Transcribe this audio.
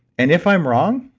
and if i'm wrong,